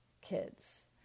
kids